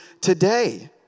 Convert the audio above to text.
today